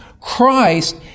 Christ